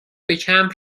کمپ